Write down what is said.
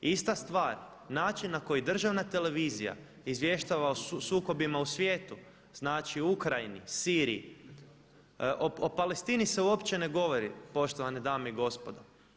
Ista stvar, način na koji državna televizija izvještava o sukobima u svijetu znači u Ukrajini, Siriji o Palestini se uopće ne govori poštovane dame i gospodo.